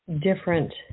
different